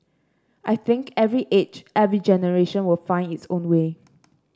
I think every age every generation will find its own way